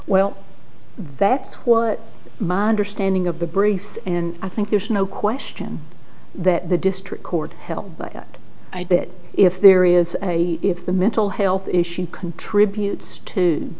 well that's what my understanding of the briefs and i think there's no question that the district court helped but i bet if there is a if the mental health issue contributes to